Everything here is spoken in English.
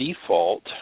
default